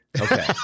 Okay